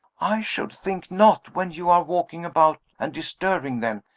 i should think not when you are walking about and disturbing them!